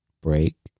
break